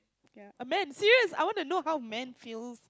ya a man serious I want to know how men feels